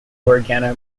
organic